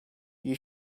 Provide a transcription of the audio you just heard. you